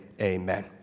Amen